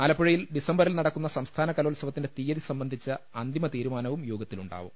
ആലപ്പുഴയിൽ ഡിസംബറിൽ നടക്കുന്ന സംസ്ഥാന കലോ ത്സവത്തിന്റെ തിയ്യതി സംബന്ധിച്ച അന്തിമ തീരുമാനവും യോഗ ത്തിലുണ്ടാകും